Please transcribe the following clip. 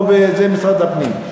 או במשרד הפנים,